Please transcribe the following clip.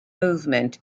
movement